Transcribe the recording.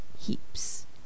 heaps